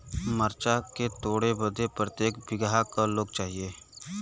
मरचा के तोड़ बदे प्रत्येक बिगहा क लोग चाहिए?